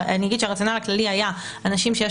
אבל אני אגיד שהרציונל הכללי היה אנשים שיש